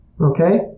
Okay